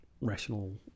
rational